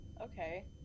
Okay